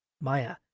Maya